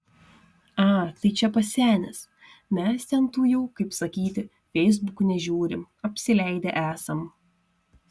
a tai čia pasenęs mes ten tų jau kaip sakyti feisbukų nežiūrim apsileidę esam